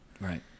right